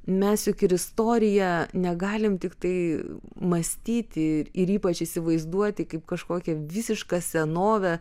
mes juk ir istoriją negalim tiktai mąstyti ir ypač įsivaizduoti kaip kažkokį visišką senovę